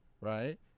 right